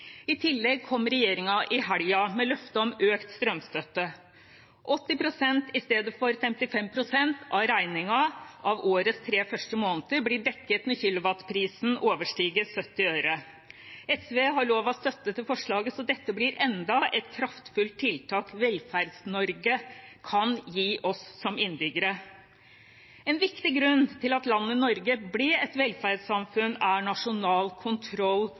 I tillegg kom regjeringen i helgen med løfte om økt strømstøtte. 80 pst. i stedet for 55 pst. av regningen av årets tre første måneder blir dekket når kilowattprisen overstiger 70 øre. SV har lovet støtte til forslaget, så dette blir enda et kraftfullt tiltak Velferds-Norge kan gi oss som innbyggere. En viktig grunn til at landet Norge ble et velferdssamfunn, er nasjonal kontroll